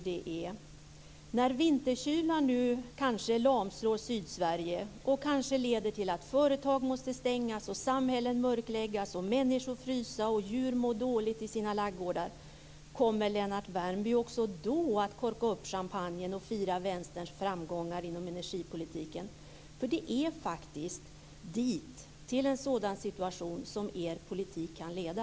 Nu kommer vinterkylan kanske att lamslå Sydsverige och leda till att företag måste stängas, samhällen mörkläggas, människor frysa och djur må dåligt i sina ladugårdar. Kommer Lennart Värmby också då att korka upp champagnen och fira Vänsterns framgångar inom energipolitiken? Det är faktiskt till en sådan situation som er politik kan leda.